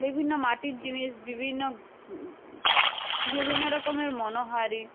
বিভিন্ন মাটির জিনিস বিভিন্ন বিভিন্ন রকমের মনোহারি